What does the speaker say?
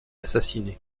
assassiné